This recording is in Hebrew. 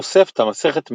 תוספתא, מסכת מגילה,